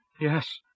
Yes